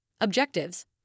Objectives